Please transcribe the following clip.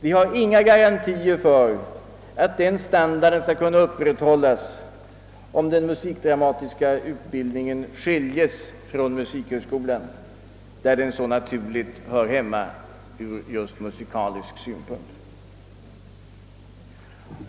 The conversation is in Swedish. Vi har inga garantier för att den standarden skall kunna upprätthållas, om den musikdramatiska utbildningen skiljs från musikhögskolan, där den så naturligt hör hemma ur just musikalisk synpunkt.